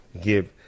give